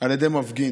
על ידי מפגין.